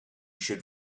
should